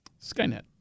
Skynet